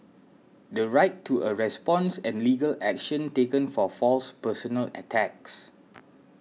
the right to a response and legal action taken for false personal attacks